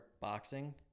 boxing